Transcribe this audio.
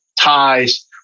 ties